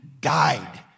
died